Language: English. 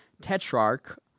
tetrarch